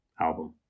album